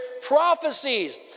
prophecies